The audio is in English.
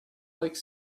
like